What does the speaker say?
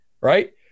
Right